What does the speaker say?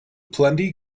plenty